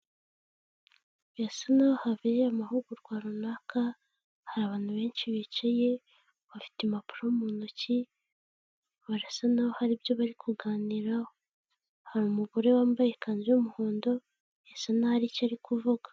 Birasa naho habere amahugurwa runaka hari abantu benshi bicaye bafite impapuro mu ntoki barasa naho hari ibyo bari kuganiraho, hari umugore wambaye ikanzu y'umuhondo birasa naho hari icyo ari kuvuga.